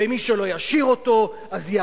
ומי שלא ישיר אותו ייענש.